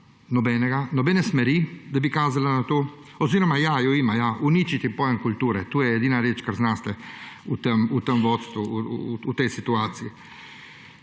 nobene smeri, da bi kazala na to. Oziroma ja, jo ima ja: uničiti pojem kulture. To je edina reč, kar znate v tem vodstvu, v tej situaciji.